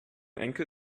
enkel